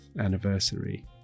anniversary